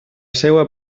seua